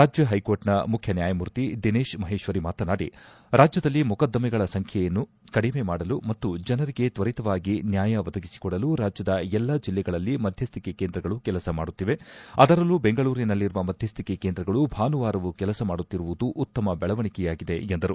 ರಾಜ್ಯ ಹೈಕೋರ್ಟ್ನ ಮುಖ್ಯನ್ಯಾಯಮೂರ್ತಿ ದಿನೇಶ್ ಮಹೇಶ್ವರಿ ಮಾತನಾಡಿ ರಾಜ್ಯದಲ್ಲಿ ಮೊಕದ್ದಮೆಗಳ ಸಂಖ್ಯೆಯನ್ನು ಕಡಿಮೆ ಮಾಡಲು ಮತ್ತು ಜನರಿಗೆ ತ್ವರಿತವಾಗಿ ನ್ಯಾಯ ಒದಗಿಸಿಕೊಡಲು ರಾಜ್ಯದ ಎಲ್ಲಾ ಜಿಲ್ಲೆಗಳಲ್ಲಿ ಮಧ್ಯಕ್ಕೆ ಕೇಂದ್ರಗಳು ಕೆಲಸ ಮಾಡುತ್ತಿವೆ ಅದರಲ್ಲೂ ಬೆಂಗಳೂರಿನಲ್ಲಿರುವ ಮಧ್ಯಸ್ಥಿಕೆ ಕೇಂದ್ರಗಳು ಭಾನುವಾರವೂ ಕೆಲಸ ಮಾಡುತ್ತಿರುವುದು ಉತ್ತಮ ಬೆಳೆವಣಿಗೆಯಾಗಿದೆ ಎಂದರು